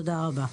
תודה רבה.